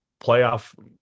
playoff